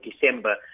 December